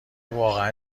واقعا